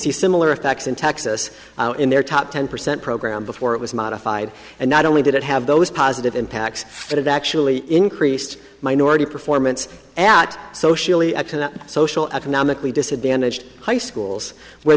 see similar effects in texas in their top ten percent program before it was modified and not only did it have those positive impacts but it actually increased minority performance at socially social economically disadvantaged high schools where